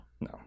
no